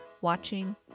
watching